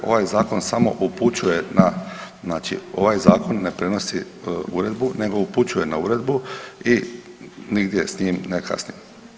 Ovaj zakon samo upućuje na, znači ovaj zakon ne prenosi uredbu nego upućuje na uredbu i nigdje s njim ne kasnimo.